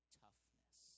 toughness